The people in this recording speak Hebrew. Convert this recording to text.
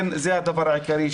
זה הדבר העיקרי,